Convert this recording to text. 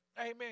Amen